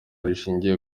rishingiye